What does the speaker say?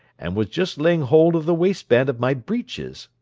and was just laying hold of the waistband of my breeches,